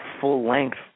full-length